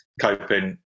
coping